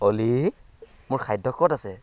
অ'লি মোৰ খাদ্য ক'ত আছে